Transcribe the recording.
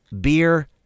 beer